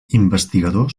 investigador